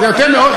העם היושב בציון.